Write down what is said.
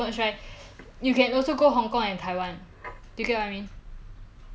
I want go eat the 酸辣粉 I want to go eat the 麻辣香锅 I want to eat the 海底捞